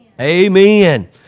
Amen